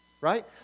right